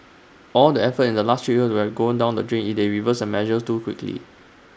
all the effort in the last three years will gone down the drain if they reverse the measures too quickly